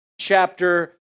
chapter